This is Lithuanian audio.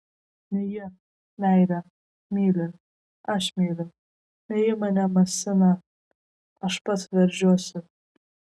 ne ji meilė myli aš myliu ne ji mane masina aš pats veržiuosi